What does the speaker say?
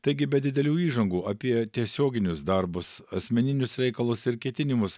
taigi be didelių įžangų apie tiesioginius darbus asmeninius reikalus ir ketinimus